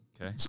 Okay